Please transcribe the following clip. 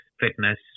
fitness